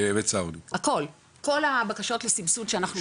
וצהרונים, הכול, כל הבקשות לסבסוד שאנחנו קיבלנו.